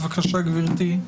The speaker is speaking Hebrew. בבקשה גברתי.